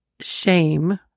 shame